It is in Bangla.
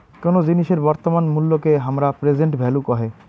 কোন জিনিসের বর্তমান মুল্যকে হামরা প্রেসেন্ট ভ্যালু কহে